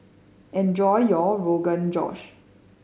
enjoy your Rogan Josh